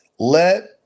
Let